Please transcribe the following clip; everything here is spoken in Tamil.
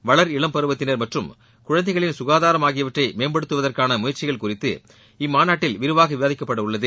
வளர்இளம் பருவத்தினர் மற்றும் குழந்தைகளின் ககாதாரம் ஆகியவற்றை மேம்படுத்துவதற்காள முயற்சிகள் குறித்து இம்மாநாட்டில் விரிவாக விவாதிக்கப்பட உள்ளது